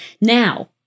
Now